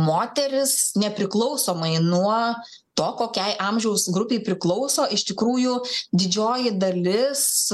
moterys nepriklausomai nuo to kokiai amžiaus grupei priklauso iš tikrųjų didžioji dalis